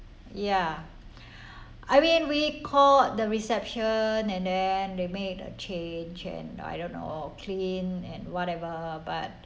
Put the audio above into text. ya I mean we call the reception and then they made a change and I don't know clean and whatever but